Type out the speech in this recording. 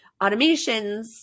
automations